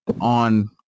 on